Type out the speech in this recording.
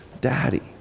daddy